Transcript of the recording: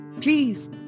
please